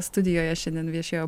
studijoje šiandien viešėjo